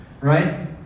right